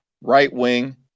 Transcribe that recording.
right-wing